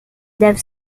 deve